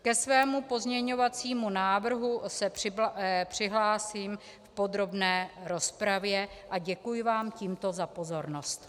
Ke svému pozměňovacímu návrhu se přihlásím v podrobné rozpravě a děkuji vám tímto za pozornost.